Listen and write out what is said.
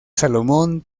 salomón